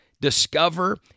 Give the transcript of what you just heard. discover